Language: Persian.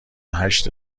هشت